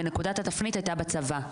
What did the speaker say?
ונקודת התפנית הייתה בצבא.